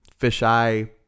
fisheye